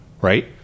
Right